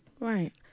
Right